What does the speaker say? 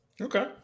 Okay